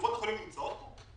נמצאות פה?